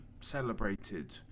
celebrated